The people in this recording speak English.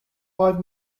five